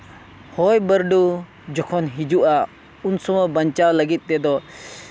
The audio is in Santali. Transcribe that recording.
ᱦᱚᱭ ᱵᱟᱹᱨᱰᱩ ᱡᱚᱠᱷᱚᱱ ᱦᱤᱡᱩᱜᱼᱟ ᱩᱱ ᱥᱚᱢᱚᱭ ᱵᱟᱧᱪᱟᱣ ᱞᱟᱹᱜᱤᱫ ᱛᱮᱫᱚ